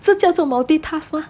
是叫做 multitask mah